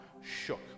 shook